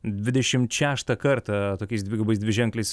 dvidešimt šeštą kartą tokiais dvigubais dviženklis